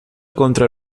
contra